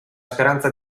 speranza